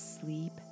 sleep